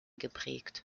geprägt